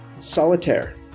Solitaire